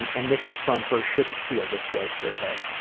and and this is from her shouldn't feel this way survey.